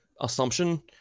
assumption